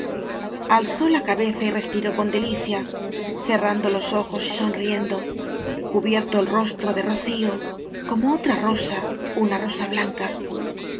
alzó la cabeza y respiró con delicia ce rrando los ojos y sonriendo cubierto el ros tro de rocío como otra rosa una rosa blanca